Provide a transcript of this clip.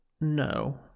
no